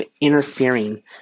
interfering